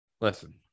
listen